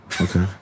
Okay